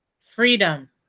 Freedom